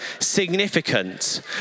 significant